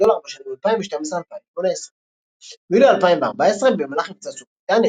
דולר בשנים 2018-2012. ביולי 2014 במהלך מבצע צוק איתן,